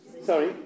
Sorry